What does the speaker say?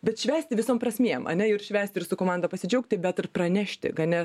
bet švęsti visom prasmėm ane ir švęsti ir su komanda pasidžiaugti bet ir pranešti kad